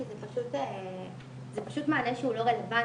כי זה פשוט מענה שהוא לא רלוונטי.